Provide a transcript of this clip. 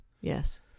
Yes